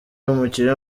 umukinnyi